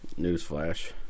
Newsflash